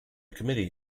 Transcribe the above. committee